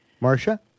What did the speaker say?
Marcia